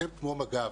אתם כמו מג"ב: